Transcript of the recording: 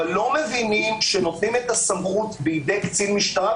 אבל לא מבינים שנותנים את הסמכות בידי קצין משטרה,